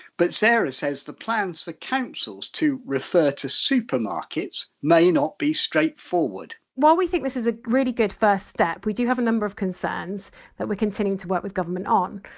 but sarah says the plans for councils to refer to supermarkets may not be straightforward while we think this is a really good first step, we do have a number of concerns that we're continuing to work with government on.